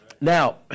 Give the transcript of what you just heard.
Now